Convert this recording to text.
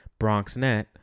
BronxNet